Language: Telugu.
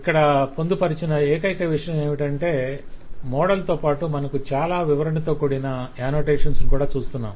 ఇక్కడ పొందుపరచిన ఏకైక విషయం ఏమిటంటే మోడల్తో పాటు మనకు చాలా వివరణతో కూడిన అనోటేషన్స్ ను చూస్తున్నాము